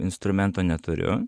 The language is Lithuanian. instrumento neturiu